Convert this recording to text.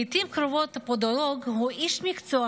לעיתים קרובות הפודולוג הוא איש מקצוע